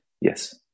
Yes